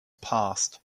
passed